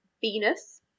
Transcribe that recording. Venus